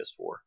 PS4